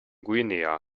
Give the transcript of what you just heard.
guinea